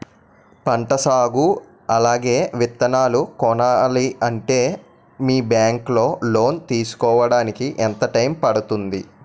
పంట సాగు అలాగే విత్తనాలు కొనాలి అంటే మీ బ్యాంక్ లో లోన్ తీసుకోడానికి ఎంత టైం పడుతుంది?